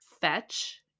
Fetch